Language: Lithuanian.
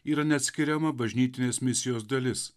yra neatskiriama bažnytinės misijos dalis